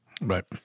Right